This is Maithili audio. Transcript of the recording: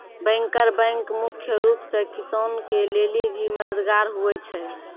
बैंकर बैंक मुख्य रूप से किसान के लेली भी मददगार हुवै छै